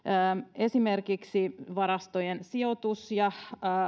esimerkiksi varastojen sijoitus ja